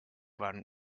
run